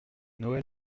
noël